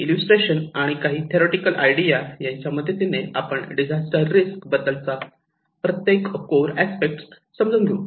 illustration आणि काही theoretical idea यांच्या मदतीने आपण डिजास्टर रिस्क बद्दलचा प्रत्येक कोअर अस्पेक्ट समजून घेऊ